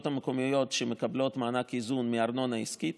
המקומיות שמקבלות מענק איזון מארנונה עסקית,